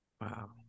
Wow